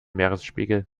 meeresspiegel